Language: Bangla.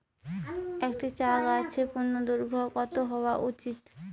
একটি চা গাছের পূর্ণদৈর্ঘ্য কত হওয়া উচিৎ?